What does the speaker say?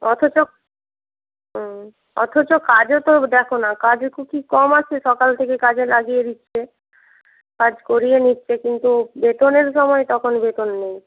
অথচ হুম অথচ কাজও তো দেখো না কাজও কি কম আছে সকাল থেকে কাজে লাগিয়ে দিচ্ছে কাজ করিয়ে নিচ্ছে কিন্তু বেতনের সময় তখন বেতন নেই